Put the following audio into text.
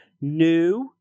new